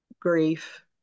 grief